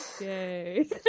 yay